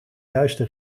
juiste